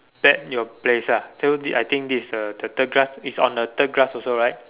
bet your place ah so this I think this is a the third glass is on the third glass also right